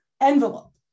envelope